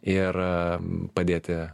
ir padėti